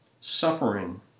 suffering